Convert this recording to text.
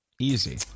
Easy